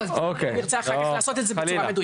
אני ארצה אחר כך לעשות את זה בצורה מדויקת.